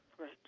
Right